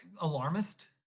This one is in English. alarmist